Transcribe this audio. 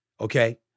okay